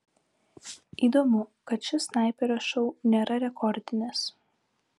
įdomu kad šis snaiperio šou nėra rekordinis